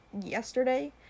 yesterday